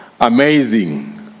amazing